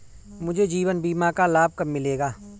मुझे जीवन बीमा का लाभ कब मिलेगा?